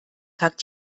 tag